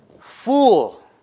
Fool